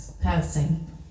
Passing